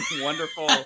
wonderful